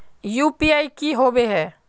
UPI की होबे है?